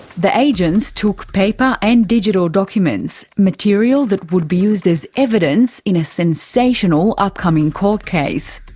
the agents took paper and digital documents, material that would be used as evidence in a sensational upcoming court case.